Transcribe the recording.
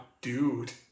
dude